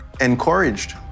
encouraged